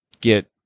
get